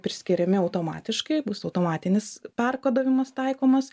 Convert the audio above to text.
priskiriami automatiškai bus automatinis perkodavimas taikomas